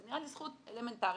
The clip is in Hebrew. נראה לי זכות אלמנטרית,